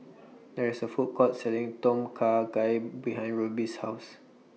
There IS A Food Court Selling Tom Kha Gai behind Ruby's House